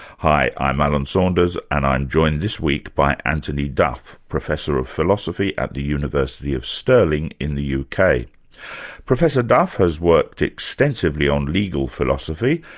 hi, i'm alan saunders and i'm joined this week by antony duff, professor of philosophy at the university of stirling in the uk. kind of professor duff has worked extensively on legal philosophy,